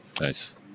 Nice